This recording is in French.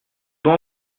dois